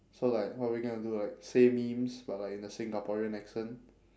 so like what are we going to do like say memes but like in a singaporean accent